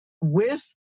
with-